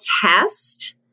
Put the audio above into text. test